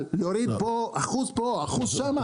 על להוריד פה 1% פה, 1% שם?